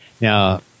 Now